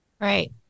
Right